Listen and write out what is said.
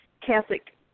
Catholic